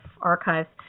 archives